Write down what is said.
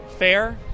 Fair